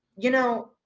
you know,